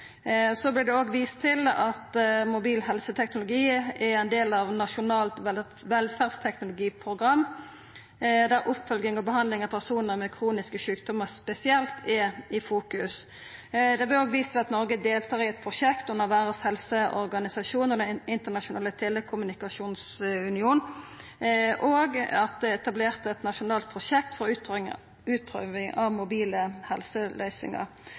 Så vert det òg vist til at mobil helseteknologi er ein del av nasjonalt velferdsteknologiprogram, der oppfølging og behandling av personar med kroniske sjukdomar spesielt er i fokus. Det vart òg vist til at Noreg tar del i eit prosjekt under Verdas helseorganisasjon og Den internasjonale telekommunikasjonsunion, og at det er etablert eit nasjonalt prosjekt for utprøving av mobile helseløysingar.